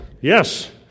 Yes